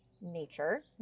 nature